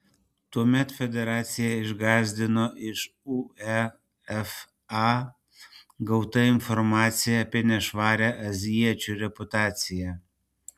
tuomet federaciją išgąsdino iš uefa gauta informacija apie nešvarią azijiečių reputaciją